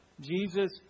Jesus